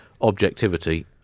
objectivity